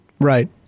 Right